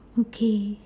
okay